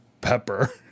Pepper